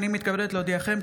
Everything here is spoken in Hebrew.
אני מתכבדת להודיעכם,